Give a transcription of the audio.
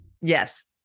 Yes